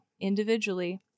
Individually